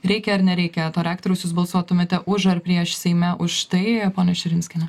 reikia ar nereikia to reaktoriaus jūs balsuotumėte už ar prieš seime už tai ponia širinskiene